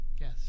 Yes